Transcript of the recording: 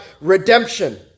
redemption